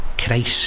Christ